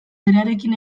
berarekin